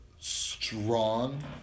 strong